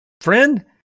friend